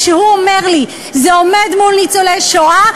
כשהוא אומר לי: זה עומד מול ניצולי שואה,